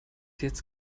jetzt